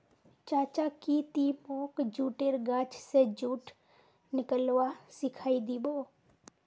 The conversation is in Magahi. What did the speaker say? चाचा की ती मोक जुटेर गाछ स जुट निकलव्वा सिखइ दी बो